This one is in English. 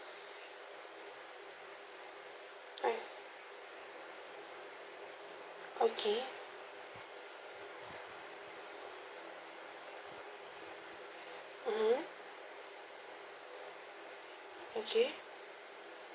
alright okay mmhmm okay